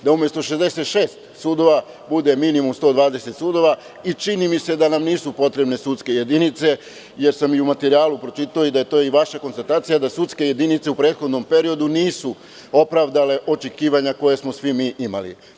Da umesto 66 sudova bude minimum 120 sudova i čini mi se da nam nisu potrebne sudske jedinice, jer sam i u materijalu pročitao da je to i vaša konstatacija da sudske jedince u prethodnom periodu nisu opravdale očekivanja koja smo svi mi imali.